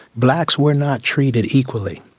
blacks were not treated equally.